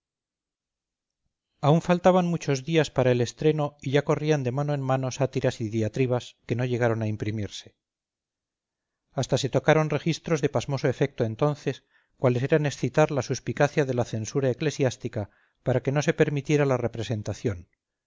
aún faltaban muchos días para el estreno y ya corrían de mano en mano sátiras y diatribas que no llegaron a imprimirse hasta se tocaron registros de pasmoso efecto entonces cuales eran excitar la suspicacia de la censura eclesiástica para que no se permitiera la representación